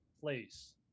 place